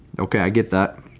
okay, i get that